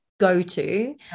go-to